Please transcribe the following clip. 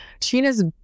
Sheena's